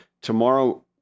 tomorrow